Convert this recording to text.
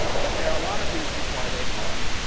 but there are a lot of reasons why they are,